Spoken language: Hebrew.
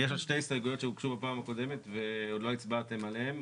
יש כאן עוד שתי הסתייגויות שהוגשו בפעם הקודמת ועוד לא הצבעתם עליהם,